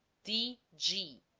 d. g.